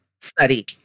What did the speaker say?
study